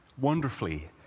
wonderfully